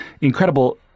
incredible